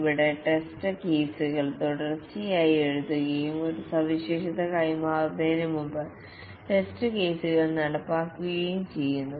ഇവിടെ ടെസ്റ്റ് കേസുകൾ തുടർച്ചയായി എഴുതുകയും ഒരു സവിശേഷത കൈമാറുന്നതിനുമുമ്പ് ടെസ്റ്റ് കേസുകൾ നടപ്പിലാക്കുകയും ചെയ്യുന്നു